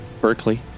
Berkeley